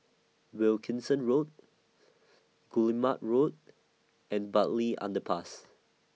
Wilkinson Road Guillemard Road and Bartley Underpass